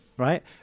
right